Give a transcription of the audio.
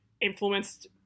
influenced